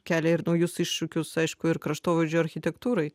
kelia ir naujus iššūkius aišku ir kraštovaizdžio architektūrai